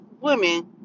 women